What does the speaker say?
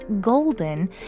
Golden